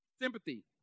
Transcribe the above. sympathy